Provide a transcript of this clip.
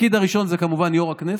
התפקיד הראשון זה כמובן יו"ר הכנסת,